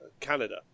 canada